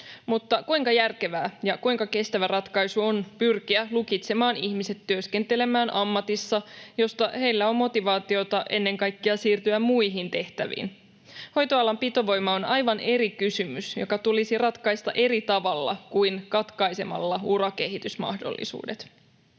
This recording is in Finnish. kuinka järkevä ja kuinka kestävä ratkaisu on pyrkiä lukitsemaan ihmiset työskentelemään ammatissa, josta heillä on motivaatiota ennen kaikkea siirtyä muihin tehtäviin? Hoitoalan pitovoima on aivan eri kysymys, joka tulisi ratkaista eri tavalla kuin katkaisemalla urakehitysmahdollisuudet.